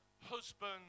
husband